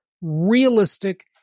realistic